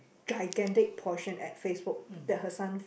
gigantic portion at Facebook that her son